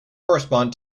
correspond